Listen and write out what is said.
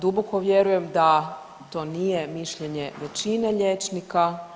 Duboko vjerujem da to nije mišljenje većine liječnika.